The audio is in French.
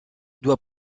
doit